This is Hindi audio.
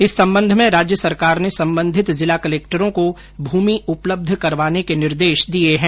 इस संबंध में राज्य सरकार ने संबंधित जिला कलेक्टरों को भूमि उपलब्य करवाने के निर्देश दिए है